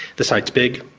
the site is big,